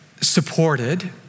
supported